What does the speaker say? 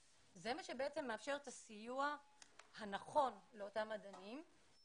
מה שבעצם מאפשר את הסיוע הנכון לאותם מדענים כי